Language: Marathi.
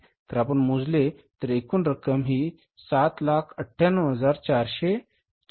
तर आपण मोजले तर एकूण रक्कम ही 798440 एवढी आहे